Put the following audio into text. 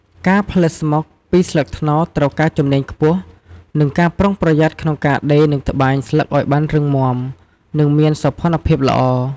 ការផលិតស្មុកពីស្លឹកត្នោតត្រូវការជំនាញខ្ពស់ និងការប្រុងប្រយ័ត្នក្នុងការដេរនិងត្បាញស្លឹកឲ្យបានរឹងមាំ និងមានសោភណភាពល្អ។